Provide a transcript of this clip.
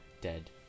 Dead